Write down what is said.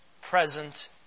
present